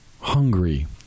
hungry